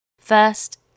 First